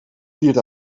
viert